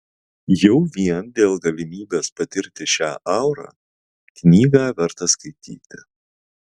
jau vien dėl galimybės patirti šią aurą knygą verta skaityti